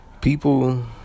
People